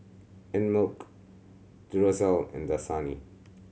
Einmilk Duracell and Dasani